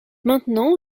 maintenant